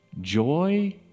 joy